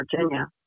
Virginia